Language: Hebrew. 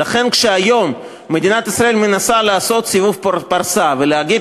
ולכן כשהיום מדינת ישראל מנסה לעשות סיבוב פרסה ולהגיד